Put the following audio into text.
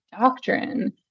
doctrine